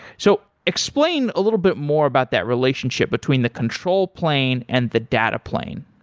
so explain a little bit more about that relationship between the control plane and the data plane.